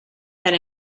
that